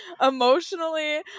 emotionally